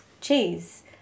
cheese